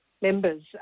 members